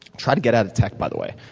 try to get out of tech, by the way.